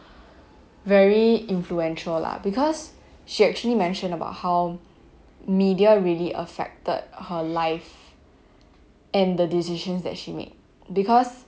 very influential lah because she actually mentioned about how media really affected her life and the decisions that she made because